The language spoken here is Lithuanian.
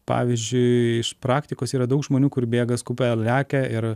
pavyzdžiui iš praktikos yra daug žmonių kur bėga skuba lekia ir